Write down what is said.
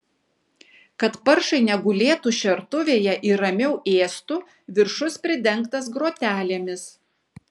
kad paršai negulėtų šertuvėje ir ramiau ėstų viršus pridengtas grotelėmis